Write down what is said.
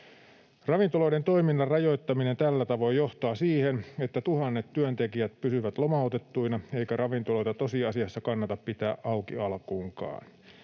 Ravintoloiden toiminnan rajoittaminen tällä tavoin johtaa siihen, että tuhannet työntekijät pysyvät lomautettuina eikä ravintoloita tosiasiassa kannata pitää auki alkuunkaan.